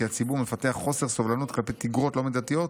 הציבור מפתח חוסר סובלנות כלפי תגרות לא מידתיות,